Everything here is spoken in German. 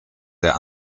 der